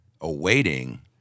awaiting